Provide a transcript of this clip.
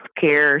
care